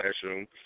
classroom